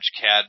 Cad